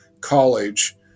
college